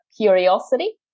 curiosity